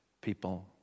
people